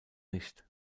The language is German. nicht